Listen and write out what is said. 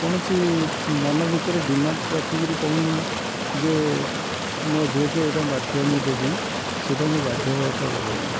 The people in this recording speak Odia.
କୌଣସି ମନ ଭିତରେ ଡିମାଣ୍ଡ ରଖିକିରି କହୁନି ଯେ ମୋ ଝୁଅକୁ ଏଇଟା ବାଧ୍ୟ ମୁଁ ଦେବି ସେଇଟା ମୁଁ ବାଧ୍ୟବର୍ତ୍ତା ଦଉନି